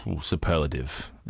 superlative